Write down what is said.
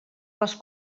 les